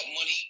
money